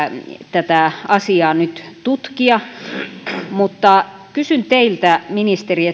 tätä asiaa nyt tutkia mutta kysyn teiltä ministeri